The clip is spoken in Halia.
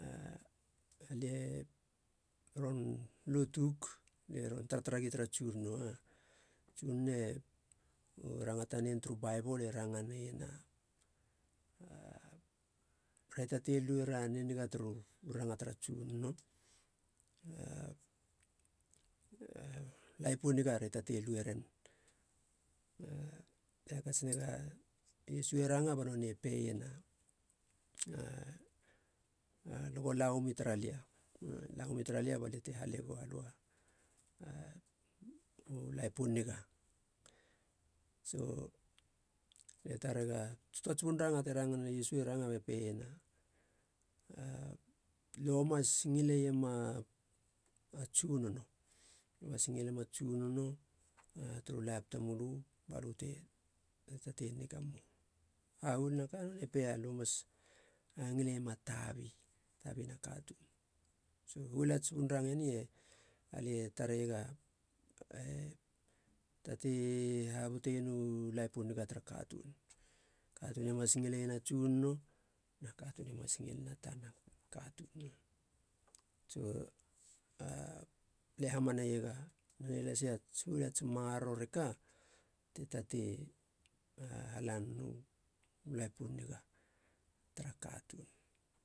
A lie ron lotug lie ron tartar gi tara tsunono, tsunone u ranga tanen tara baibol, ranga neiena a re tatei lue ra niniga turu ranga tara tsunono laip u niga re tatei lueren, a lie hakats nega e iesu e ranga me peiena, a lugo lauimi tara lia. lauimi tara lia balia te hale goua lö u laip u niga. So lie tarega tuats bun ranga te ranga ne iesu, iesu e rangana me peiena, alöe mas ngileiema a tsunono, turu laip tamölö balö te tatei nigam. Hahuolina ka nonei pe alöe mas ngilema tabi tabina katuun so huol ats bun range ni alie tareiega e tatei habuteienu laip u niga tara katuun, katuun e mas ngileiena tsunono na katuun e mas ngileiena tana katuun. So lie a hamaneiega nonei lasi ats huol ats maroro reka te tatei hala nenu laip u niga tara katuun.